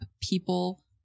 people